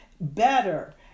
Better